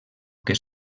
que